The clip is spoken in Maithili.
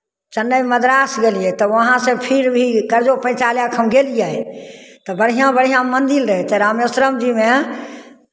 चेन्नइ मद्रास गेलियै तब वहाँसँ फिर भी कर्जो पैँचा लए कऽ हम गेलियै तऽ बढ़िआँ बढ़िआँ मन्दिर रहय तऽ रामेश्वरम जीमे